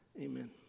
amen